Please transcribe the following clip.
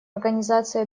организации